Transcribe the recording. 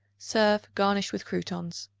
serve, garnished with croutons.